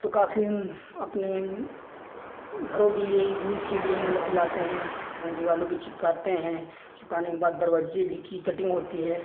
तो काफ़ी हम अपने घरों के लिए यूज़ के लिए मतलब लाते हैं उन दीवारों पर चिपकाते हैं चिपकाने के बाद दरवाजे भी की कटिन्ग होती है